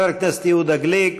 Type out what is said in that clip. חבר הכנסת יהודה גליק,